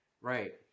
Right